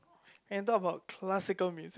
can talk about classical music